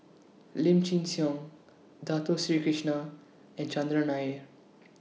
Lim Chin Siong Dato Sri Krishna and Chandran Nair